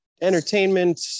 entertainment